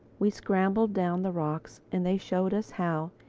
we scrambled down the rocks and they showed us how,